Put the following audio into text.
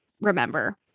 remember